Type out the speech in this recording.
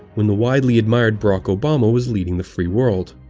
when the widely admired barack obama was leading the free world.